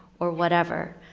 or whatever.